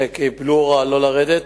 שקיבלו הוראה לא לרדת,